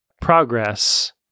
progress